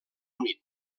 unit